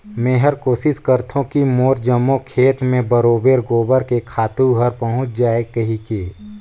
मेहर कोसिस करथों की मोर जम्मो खेत मे बरोबेर गोबर के खातू हर पहुँच जाय कहिके